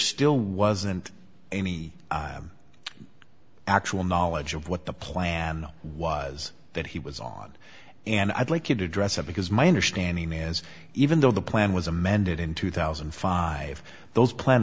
still wasn't any actual knowledge of what the plan was that he was on and i'd like you to address it because my understanding is even though the plan was amended in two thousand and five those plan